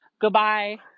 goodbye